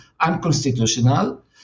unconstitutional